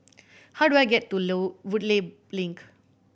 how do I get to Woodleigh Link